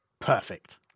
Perfect